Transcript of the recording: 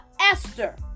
Esther